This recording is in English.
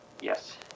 Yes